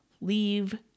leave